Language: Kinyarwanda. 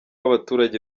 abaturage